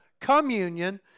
communion